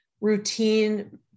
routine